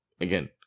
again